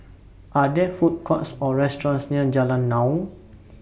Are There Food Courts Or restaurants near Jalan Naung